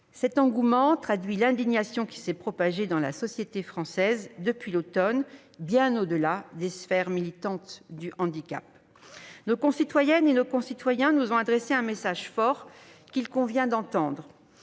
Cet engouement traduit l'indignation qui s'est propagée dans la société française depuis l'automne, bien au-delà des sphères militantes du handicap. Nos concitoyennes et nos concitoyens nous ont adressé un message fort, qu'il convient d'entendre